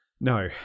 No